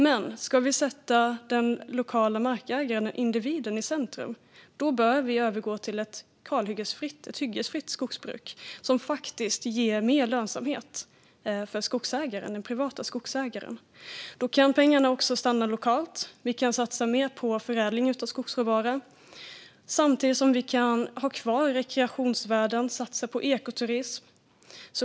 Men ska vi sätta den lokala markägaren - individen - i centrum bör vi övergå till ett hyggesfritt skogsbruk som faktiskt ger mer lönsamhet för den privata skogsägaren. Då kan pengarna också stanna kvar lokalt, och vi kan satsa mer på förädling av skogsråvara samtidigt som vi kan ha kvar rekreationsvärden och satsa på ekoturism.